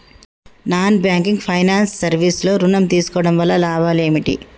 Non banking finance service లో ఋణం తీసుకోవడం వల్ల లాభాలు ఏమిటి?